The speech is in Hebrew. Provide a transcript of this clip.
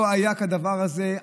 אני חושב שלא היה כדבר הזה.